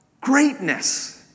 greatness